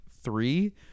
three